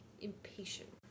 impatient